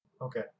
Okay